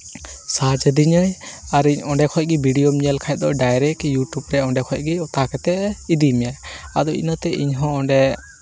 ᱥᱟᱨᱪᱟᱫᱤᱧᱟᱭ ᱟᱨ ᱚᱸᱰᱮ ᱠᱷᱚᱱᱜᱮ ᱵᱷᱤᱰᱭᱳᱢ ᱧᱮᱞ ᱠᱷᱟᱡ ᱫᱚ ᱰᱟᱭᱨᱮᱠᱴ ᱤᱭᱩᱴᱩᱵᱽ ᱨᱮ ᱚᱸᱰᱮ ᱠᱷᱚᱱᱜᱮ ᱚᱛᱟ ᱠᱟᱛᱮᱫ ᱤᱫᱤᱢᱮᱭᱟᱭ ᱟᱫᱚ ᱤᱱᱟᱹᱛᱮ ᱤᱧᱦᱚᱸ ᱚᱸᱰᱮ